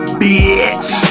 bitch